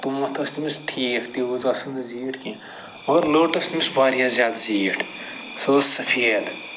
تونتھ ٲسۍ تٔمِس ٹھیٖک تیٖژ ٲسٕس نہٕ زیٖٹھ کیٚنٛہہ مگر لٔٹ ٲسۍ تٔمِس واریاہ زیادٕ زیٖٹھ سۄ ٲسۍ سَفید